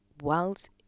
whilst